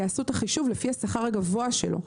יעשו את החישוב לפי השכר הגבוה שלו.